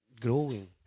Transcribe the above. growing